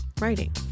writing